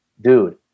Dude